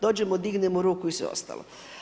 Dođemo, dignemo ruku i sve ostalo.